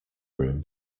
room